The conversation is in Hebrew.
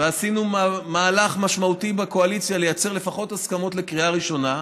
ועשינו מהלך משמעותי בקואליציה לייצר לפחות הסכמות לקריאה ראשונה.